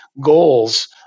goals